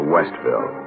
Westville